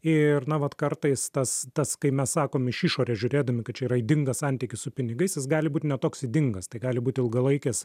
ir na vat kartais tas tas kai mes sakom iš išorės žiūrėdami kad čia yra ydingas santykius su pinigais jis gali būt ne toks ydingas tai gali būt ilgalaikės